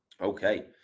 Okay